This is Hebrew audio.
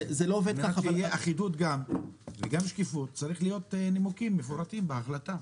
שתהיה אחידות גם וגם שקיפות צריך שיהיה נימוקים מפורטים בהחלטה.